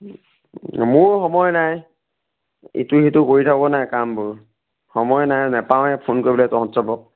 মোৰো সময় নাই ইটো সিটো কৰি থাকো নাই কামবোৰ সময় নাই নাপাওঁৱে ফোন কৰিবলৈ তহঁত চবক